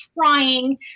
trying